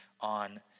on